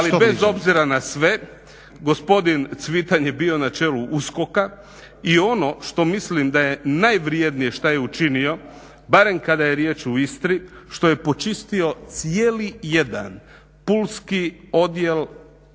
Ali bez obzira na sve gospodin Cvitan je bio na čelu USKOK-a i ono što mislim da je najvrednije što je učinio barem kada je riječ o Istri što je počistio jedan Pulski odjela